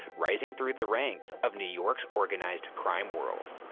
rising through the ranks of new york's organized crime world.